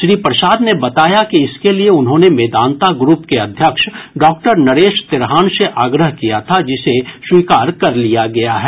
श्री प्रसाद ने बताया कि इसके लिए उन्होंने मेदान्ता ग्रुप के अध्यक्ष डॉक्टर नरेश त्रेहान से आग्रह किया था जिसे स्वीकार कर लिया गया है